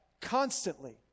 constantly